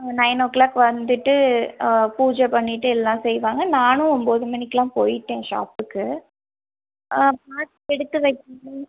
nine o'clock வந்துட்டு பூஜை பண்ணிவிட்டு எல்லாம் செய்வாங்க நானும் ஒம்பது மணிக்கு எல்லாம் போயிவிட்டேன் ஷாப்புக்கு பார்த்து எடுத்து வைக்கணும்